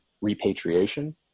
repatriation